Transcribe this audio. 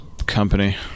Company